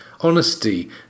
honesty